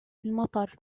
المطر